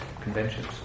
conventions